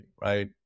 right